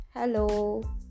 Hello